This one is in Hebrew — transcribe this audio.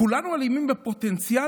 כולנו אלימים בפוטנציאל?